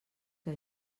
que